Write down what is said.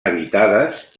habitades